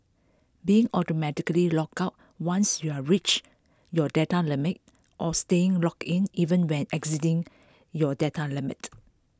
being automatically logged out once you've reached your data limit or staying logged in even when exceeding your data limit